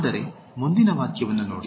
ಆದರೆ ಮುಂದಿನ ವಾಕ್ಯವನ್ನು ನೋಡಿ